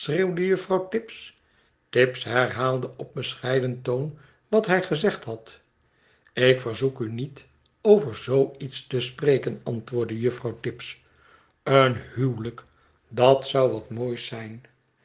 juffrouw tibbs tibbs herhaalde op bescheiden toon wat hij gezegd had ik verzoek u niet over zoo iet's te spreken antwoordde juffrouw tibbs een huwelijk dat zou wat moois zijn